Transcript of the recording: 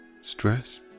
stress